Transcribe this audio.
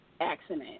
accident